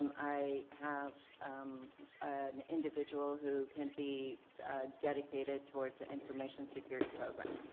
um i have an individual who can be dedicated towards the information security program.